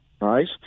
right